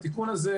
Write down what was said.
התיקון הזה,